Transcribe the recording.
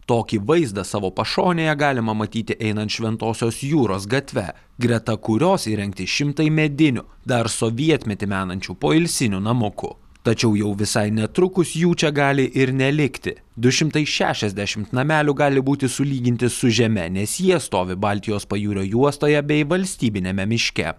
tokį vaizdą savo pašonėje galima matyti einant šventosios jūros gatve greta kurios įrengti šimtai medinių dar sovietmetį menančių poilsinių namukų tačiau jau visai netrukus jų čia gali ir nelikti du šimtai šešiasdešimt namelių gali būti sulyginti su žeme nes jie stovi baltijos pajūrio juostoje bei valstybiniame miške